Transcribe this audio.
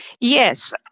Yes